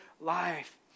life